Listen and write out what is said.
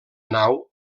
nau